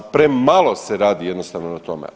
Premalo se radi jednostavno na tome.